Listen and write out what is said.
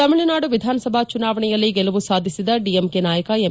ತಮಿಳುನಾಡು ವಿಧಾನಸಭಾ ಚುನಾವಣೆಯಲ್ಲಿ ಗೆಲುವು ಸಾಧಿಸಿದ ಡಿಎಂಕೆ ನಾಯಕ ಎಂ